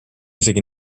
isegi